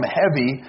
heavy